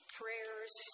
prayers